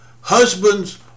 Husbands